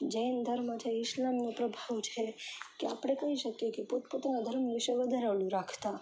જૈન ધર્મ છે ઇસ્લામનો પ્રભાવ છે કે આપણે કહી શકીએ કે પોતપોતાના ધર્મ વિશે વધારાનું રાખતા